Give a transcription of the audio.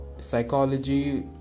psychology